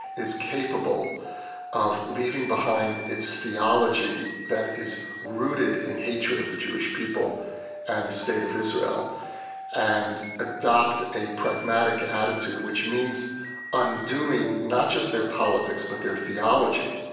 is capable of leaving behind its theology that is rooted in hatred of the jewish people and the state of israel and adopt a pragmatic attitude, which means undoing not just their politics but their theology,